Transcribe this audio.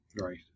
Right